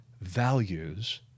values